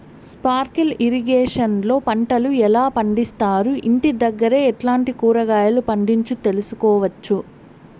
Sprinkle irrigation లో పంటలు ఎలా పండిస్తారు, ఇంటి దగ్గరే ఎట్లాంటి కూరగాయలు పండించు తెలుసుకోవచ్చు?